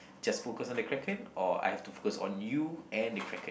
just focus on the Kraken or I have to focus on you and the Kraken